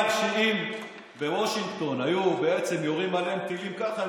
שאם על וושינגטון היו יורים טילים ככה,